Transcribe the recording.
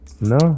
No